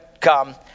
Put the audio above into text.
come